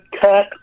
cut